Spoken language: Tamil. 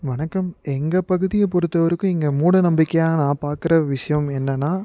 வணக்கம் எங்கள் பகுதியை பொறுத்த வரைக்கும் இங்கே மூட நம்பிக்கையாக நான் பார்க்கற விஷயம் என்னென்னா